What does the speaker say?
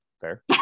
fair